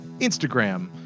Instagram